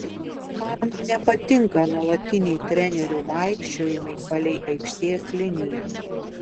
man nepatinka nuolatiniai trenerių vaikščiojimai palei aikštės liniją